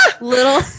little